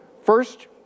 First